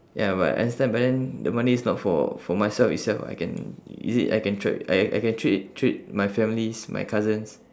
ya but I understand but then the money is not for for myself itself I can use it I can tr~ I I I can treat treat my families my cousins